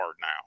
now